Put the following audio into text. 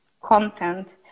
content